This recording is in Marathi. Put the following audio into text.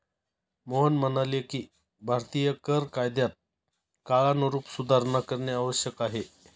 मोहन म्हणाले की भारतीय कर कायद्यात काळानुरूप सुधारणा करणे आवश्यक आहे